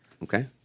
Okay